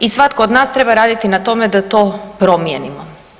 I svatko od nas treba raditi na tome da to promijenimo.